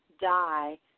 die